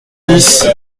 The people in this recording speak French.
dix